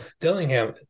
Dillingham